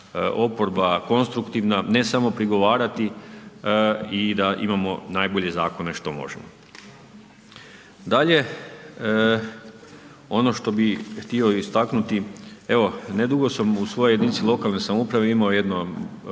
oporba konstruktivna, ne samo prigovarati i da imamo najbolje zakone što možemo. Dalje, ono što bih htio istaknuti, evo, nedugo sam u svojoj jedinici lokalne samouprave imao jedno